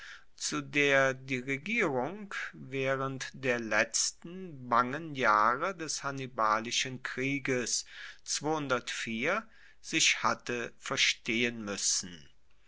zu der die regierung waehrend der letzten bangen jahre des hannibalischen krieges sich hatte verstehen muessen